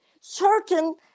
certain